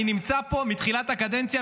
אני נמצא פה מתחילת הקדנציה,